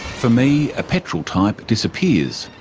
for me a petrol type disappears,